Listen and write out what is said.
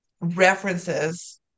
references